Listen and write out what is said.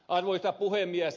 arvoisa puhemies